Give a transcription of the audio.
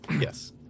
yes